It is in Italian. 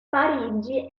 parigi